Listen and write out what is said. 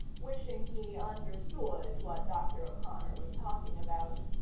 wishing he understood what dr. o'connor was talking about.